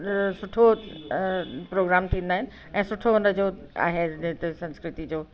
सुठो प्रोग्राम थींदा आहिनि ऐं सुठो हुन जो आहे न हिते संस्कृति जो